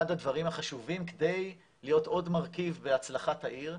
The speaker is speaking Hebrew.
הדברים החשובים כדי להיות עוד מרכיב בהצלחת העיר.